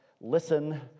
listen